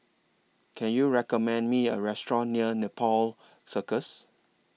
Can YOU recommend Me A Restaurant near Nepal Circus